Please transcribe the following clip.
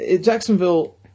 Jacksonville